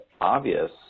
obvious